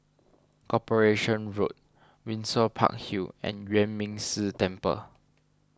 Corporation Road Windsor Park Hill and Yuan Ming Si Temple